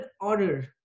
order